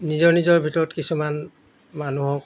নিজৰ নিজৰ ভিতৰত কিছুমান মানুহক